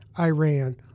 Iran